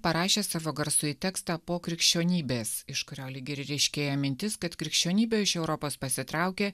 parašė savo garsųjį tekstą po krikščionybės iš kurio lyg ir ryškėja mintis kad krikščionybė iš europos pasitraukė